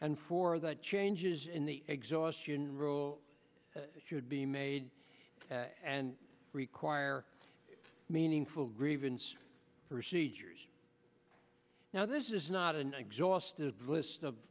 and for the changes in the exhaustion rule should be made and require meaningful grievance procedures now this is not an exhaustive list of